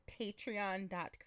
patreon.com